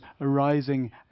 arising